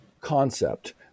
concept